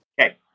Okay